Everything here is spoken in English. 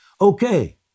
Okay